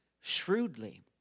shrewdly